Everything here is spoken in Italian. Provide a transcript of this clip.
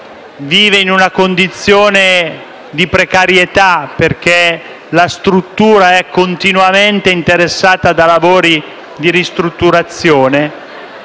vive in una condizione di precarietà, perché la struttura è continuamente interessata da lavori di ristrutturazione.